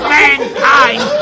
mankind